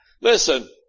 Listen